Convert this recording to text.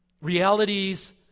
Realities